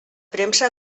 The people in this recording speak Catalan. premsa